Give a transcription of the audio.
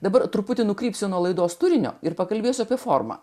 dabar truputį nukrypsiu nuo laidos turinio ir pakalbės apie formą